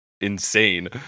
insane